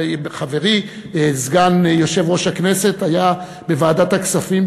חברי סגן יושב-ראש הכנסת היה בוועדת הכספים,